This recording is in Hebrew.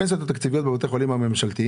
הפנסיות התקציביות בבתי החולים הממשלתיים,